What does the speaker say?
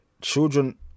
children